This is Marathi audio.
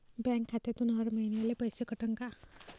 बँक खात्यातून हर महिन्याले पैसे कटन का?